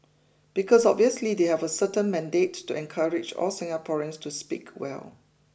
because obviously they have a certain mandate to encourage all Singaporeans to speak well